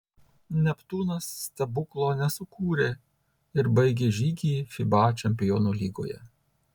neptūnas stebuklo nesukūrė ir baigė žygį fiba čempionų lygoje